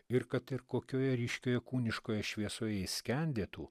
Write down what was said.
ir kad ir kokioje ryškioje kūniškoje šviesoje ji skendėtų